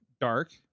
dark